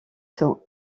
sont